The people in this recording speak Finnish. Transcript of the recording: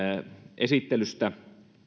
esittelystä